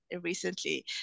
recently